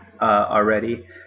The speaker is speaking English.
already